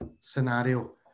scenario